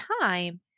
time